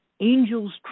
angel's